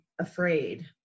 afraid